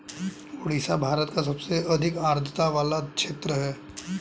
ओडिशा भारत का सबसे अधिक आद्रता वाला क्षेत्र है